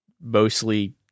mostly